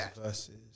versus